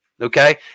Okay